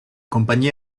compagnie